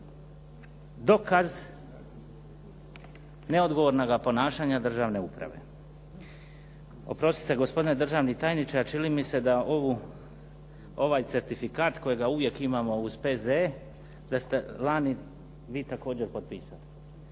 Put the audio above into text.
dokaz neodgovornog ponašanja državne uprave. Oprostite gospodine državni tajniče, ali čini mi se da ovaj certifikat koji uvijek imamo uz P.Z.E. koji ste lani vi također potpisali.